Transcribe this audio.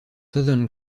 southern